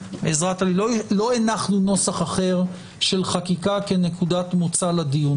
הוועדה נוסח אחר של חקיקה כנקודת מוצא לדיון